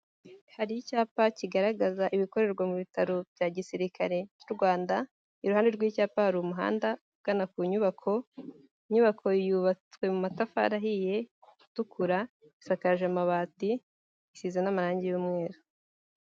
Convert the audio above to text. Hari icyapa kigaragaza ibikorerwa mu bitaro bya gisirikare cy'u Rwanda, iruhande rw'icyapa hari umuhanda ugana ku nyubako, inyubako yubatswe mu matafari ahiye atukura, isakaje amabati, isize n'amarangi y'umweru.